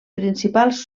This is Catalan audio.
principals